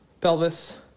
pelvis